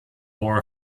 more